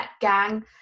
gang